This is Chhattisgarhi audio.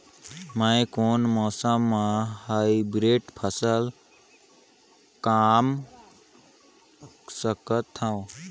मै कोन मौसम म हाईब्रिड फसल कमा सकथव?